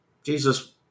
Jesus